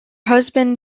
husband